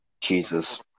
Jesus